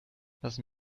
lassen